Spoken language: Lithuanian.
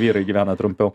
vyrai gyvena trumpiau